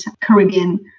Caribbean